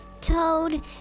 Toad